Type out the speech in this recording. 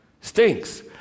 Stinks